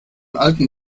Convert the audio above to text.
alten